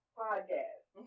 podcast